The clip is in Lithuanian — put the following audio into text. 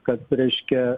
kad reiškia